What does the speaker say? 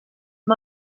amb